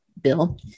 bill